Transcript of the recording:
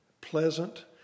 pleasant